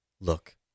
Look